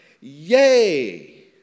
Yay